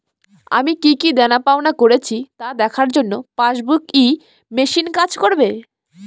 আমি কি কি দেনাপাওনা করেছি তা দেখার জন্য পাসবুক ই মেশিন কাজ করবে?